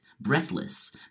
Breathless